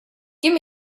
give